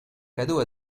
cadeau